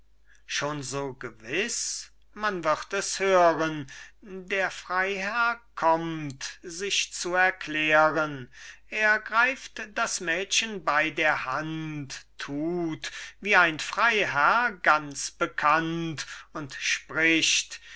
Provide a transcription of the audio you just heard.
so gewiß man wird es hören der freiherr kömmt sich zu erklären er greift das mädchen bei der hand tut wie ein freiherr ganz bekannt und spricht